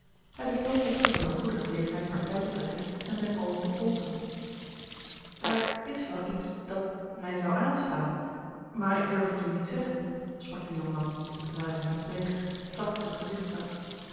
hij besloot echter van de goede gelegenheid partij te trekken en zijn oom te polsen daar is wel iets dat mij zou aanstaan maar ik durf het u niet zeggen sprak de jongman terwijl hij zijn verpleger strak in het gezigt zag